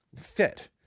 fit